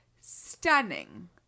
stunning